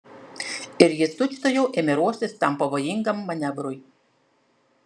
ir jis tučtuojau ėmė ruoštis tam pavojingam manevrui